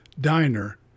diner